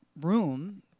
room